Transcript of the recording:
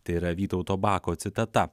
tai yra vytauto bako citata